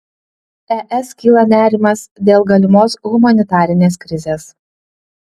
es kyla nerimas dėl galimos humanitarinės krizės